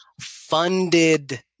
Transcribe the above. funded